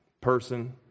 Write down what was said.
person